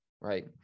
right